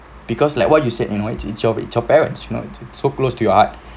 because like what you said it's your parents you know it's so close to your heart